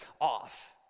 off